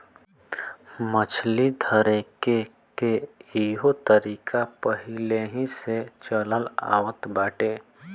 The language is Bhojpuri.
मछली धरेके के इहो तरीका पहिलेही से चलल आवत बाटे